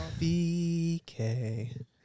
BK